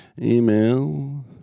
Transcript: email